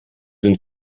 sind